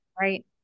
Right